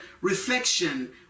reflection